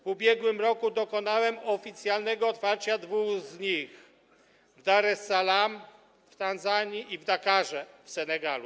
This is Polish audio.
W ubiegłym roku dokonałem oficjalnego otwarcie dwóch z nich, w Dar es Salaam w Tanzanii i w Dakarze w Senegalu.